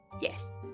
Yes